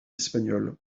espagnole